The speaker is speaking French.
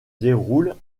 déroule